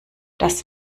das